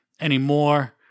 anymore